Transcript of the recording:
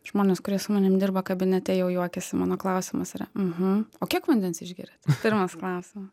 žmonės kurie su manim dirba kabinete jau juokiasi mano klausimas yra mhm o kiek vandens išgeriat pirmas klausimas